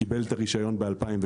הוא קיבל את הרישיון ב-2007,